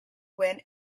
went